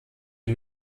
die